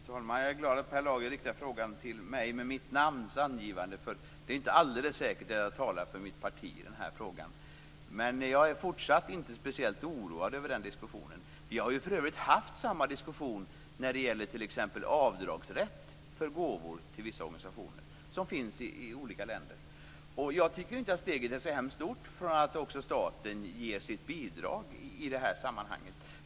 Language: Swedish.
Fru talman! Jag är glad att Per Lager riktar frågan till mig med mitt namns angivande, för det är inte alldeles säkert att jag talar för mitt parti i denna fråga. Jag är fortsatt inte speciellt oroad över den diskussionen. Vi har för övrigt haft samma diskussion när det gäller t.ex. rätt till avdrag för gåvor i vissa organisationer som finns i olika länder. Jag tycker inte att steget är så hemskt stort för att också staten ger sitt bidrag i det här sammanhanget.